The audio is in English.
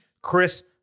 Chris